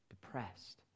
depressed